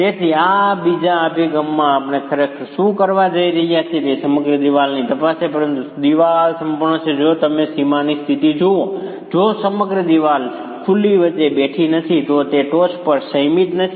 તેથી આ બીજા અભિગમમાં આપણે ખરેખર શું કરવા જઈ રહ્યા છીએ તે સમગ્ર દિવાલની તપાસ છે પરંતુ દિવાલ સંપૂર્ણ છે જો તમે સીમાની સ્થિતિ જુઓ જો સમગ્ર દિવાલ ખુલ્લી વચ્ચે બેઠી નથી તો તે ટોચ પર સંયમિત નથી